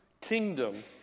kingdom